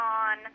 on